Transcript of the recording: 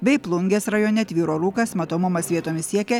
bei plungės rajone tvyro rūkas matomumas vietomis siekia